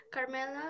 Carmela